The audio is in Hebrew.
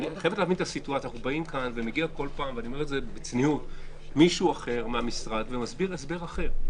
מגיע פה כל פעם מישהו אחר מהמשרד ומסביר הסבר אחר.